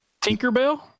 Tinkerbell